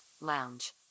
Lounge